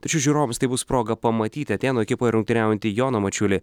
tačiau žiūrovus tai bus proga pamatyti atėnų ekipoje rungtyniaujantį joną mačiulį